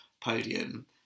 podium